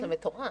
זה מטורף.